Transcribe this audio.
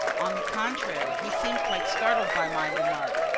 on the contrary, he seemed quite startled by my remark.